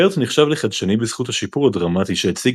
BERT נחשב לחדשני בזכות השיפור הדרמטי שהציג